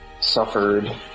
suffered